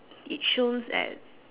it shows that